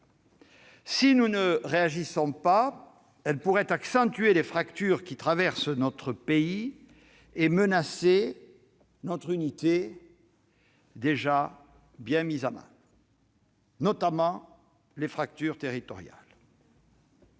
Si nous ne réagissons pas, elle pourrait accentuer les fractures qui traversent notre pays et menacer notre unité, déjà bien mise à mal, notamment en aggravant les fractures territoriales.